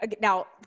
now